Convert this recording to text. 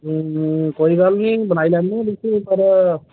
कोई गल्ल निं बनाई लैने पर